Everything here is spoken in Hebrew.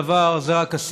בסופו של דבר זה רק הספתח,